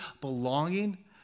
belonging